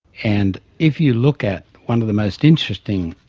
and if you look at one of the most interesting